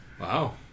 Wow